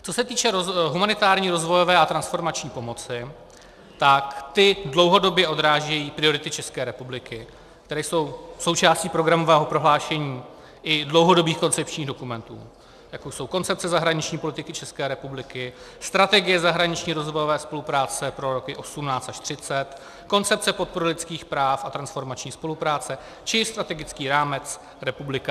Co se týče humanitární, rozvojové a transformační pomoci, tak ty dlouhodobě odrážejí priority České republiky, které jsou součástí programového prohlášení i dlouhodobých koncepčních dokumentů, jako jsou Koncepce zahraniční politiky České republiky, Strategie zahraniční rozvojové spolupráce pro roky 2018 až 2030, Koncepce podpory lidských práv a transformační spolupráce či strategický rámec republika 2030.